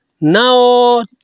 now